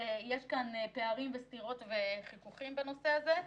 יש כאן פערים, סתירות וחיכוכים בנושא הזה,